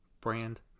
brand